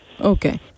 Okay